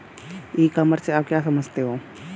ई commerce से आप क्या समझते हो?